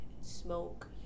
smoke